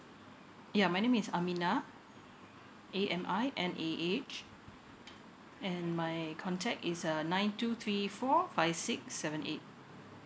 ya my name is aminah A M I N A H and my contact is uh nine two three four five six seven eight